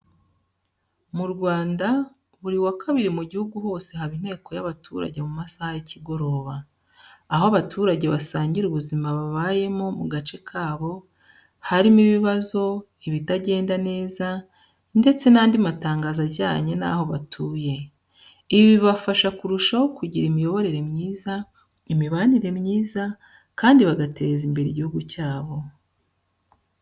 Mu Rwanda, buri wa kabiri mu gihugu hose haba inteko y’abaturage mu masaha y’ikigoroba, aho abaturage basangira ubuzima babayemo mu gace kabo, harimo ibibazo, ibitagenda neza ndetse n’andi matangazo ajyanye n'aho batuye. Ibi bibafasha kurushaho kugira imiyoborere myiza, imibanire myiza, kandi bagateza imbere igihugu cyabo.